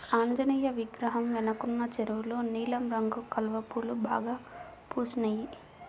ఆంజనేయ విగ్రహం వెనకున్న చెరువులో నీలం రంగు కలువ పూలు బాగా పూసినియ్